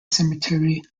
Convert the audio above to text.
cemetery